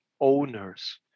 owners